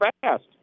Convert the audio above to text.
fast